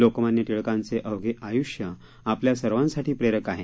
लोकमान्य टिळकांचे अवघे आयूष्य आपल्या सर्वांसाठी प्रेरक आहे